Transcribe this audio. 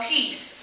Peace